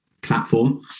platform